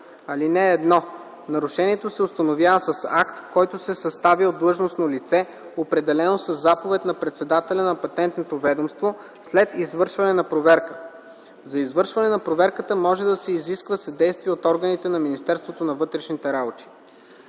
така: „(1) Нарушението се установява с акт, който се съставя от длъжностно лице, определено със заповед на председателя на Патентното ведомство, след извършване на проверка. За извършване на проверката може да се изисква съдействие от органите на Министерството на вътрешните работи.”